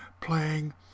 playing